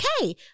okay